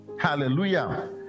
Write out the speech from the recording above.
Hallelujah